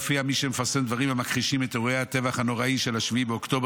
שלפיה מי שמפרסם דברים המכחישים את אירועי הטבח הנוראי של 7 באוקטובר,